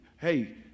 Hey